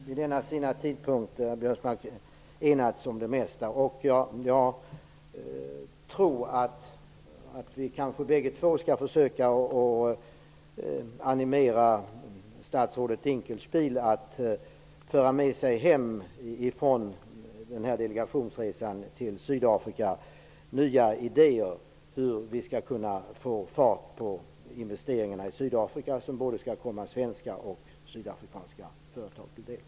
Fru talman! Vi har väl vid denna sena tidpunkt, Karl-Göran Biörsmark, enats om det mesta. Jag tror att vi båda två kanske skall försöka att animera statsrådet Dinkelspiel att föra med sig hem från delegationsresan till Sydafrika nya idéer om hur vi skall kunna få fart på investeringarna i Sydafrika, vilka skall komma både svenska och sydafrikanska företag till del.